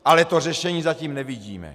Ale to řešení zatím nevidíme.